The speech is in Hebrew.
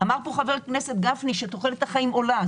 אמר פה חבר הכנסת גפני שתוחלת החיים עולה.